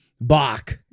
Bach